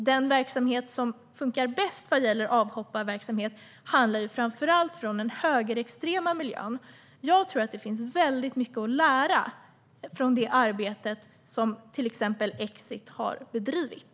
Den verksamhet som fungerar bäst vad gäller avhopparverksamhet handlar framför allt om avhopp från den högerextrema miljön. Jag tror att det finns väldigt mycket att lära från det arbete som till exempel Exit har bedrivit.